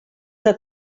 que